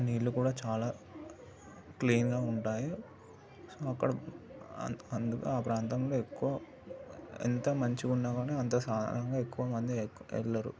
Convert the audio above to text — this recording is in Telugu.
ఆ నీళ్లు కూడా చాలా క్లీన్గా ఉంటాయి సో అక్కడ అందు ఆ ప్రాంతంలో ఎక్కువ ఎంత మంచిగా ఉన్నా కాని అంత సాధారణంగా ఎక్కువ మంది ఎక్కువ వెళ్ళరు